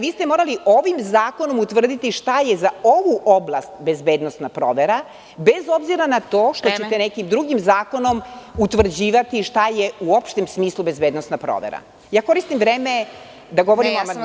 Vi ste morali ovim zakonom utvrditi šta je za ovu oblast bezbednosna provera, bez obzira na to što ćete nekim drugim zakonom utvrđivati šta je u opštem smislu bezbednosna provera. (Predsedavajuća: Vreme.) Koristim vreme da govorim o amandmanu.